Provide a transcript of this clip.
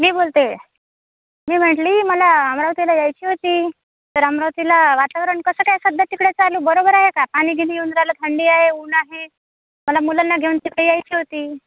मी बोलते आहे मी म्हटली मला आम्हाला त्याला यायचे होते तर अमरावतीला वातावरण कसं सध्या तिकडे चालू बरोबर आहे का पाणी गिनी येऊन राहिलं थंडी आहे ऊन आहे मला मुलांना घेऊन तिकडे यायचे होते